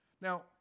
Now